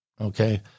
okay